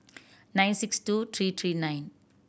nine six two three three nine